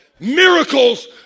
Miracles